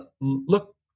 look